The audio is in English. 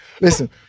Listen